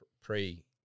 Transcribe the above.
pre-